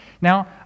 now